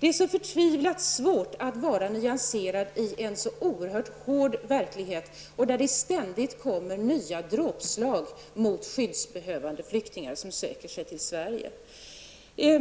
Det är så förtvivlat svårt att vara nyanserad i en så oerhört hård verklighet, där det ständigt kommer nya dråpslag mot skyddsbehövande flyktingar som söker sig till Sverige.